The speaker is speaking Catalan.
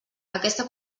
aquesta